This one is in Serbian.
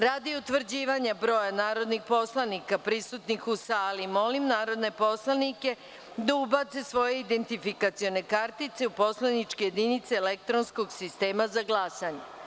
Radi utvrđivanja broja narodnih poslanika prisutnih u sali, molim narodne poslanike da ubace svoje identifikacione kartice u poslaničke jedinice elektronskog sistema za glasanje.